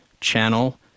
channel